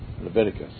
Leviticus